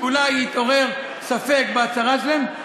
שאולי התעורר ספק בהצהרה שלהן,